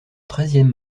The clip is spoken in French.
treizième